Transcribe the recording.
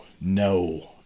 no